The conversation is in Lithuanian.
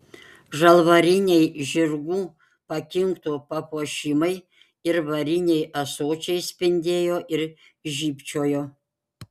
žalvariniai žirgų pakinktų papuošimai ir variniai ąsočiai spindėjo ir žybčiojo